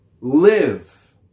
live